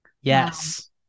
Yes